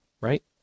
right